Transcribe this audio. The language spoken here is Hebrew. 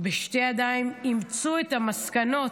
בשתי ידיים ואימצו את המסקנות,